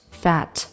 fat